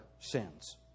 sins